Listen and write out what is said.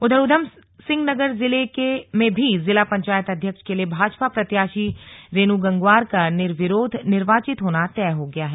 उधमसिंह नगर जिले में भी जिला पंचायत अध्यक्ष के लिए भाजपा प्रत्याशी रेनू गंगवार का निर्विरोध निर्वाचित होना तय हो गया है